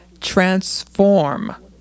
transform